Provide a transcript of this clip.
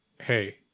Hey